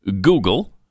Google